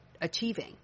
achieving